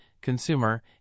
consumer